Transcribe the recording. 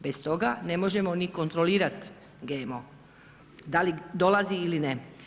Bez toga ne možemo ni kontrolirat GMO da li dolazi ili ne.